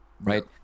right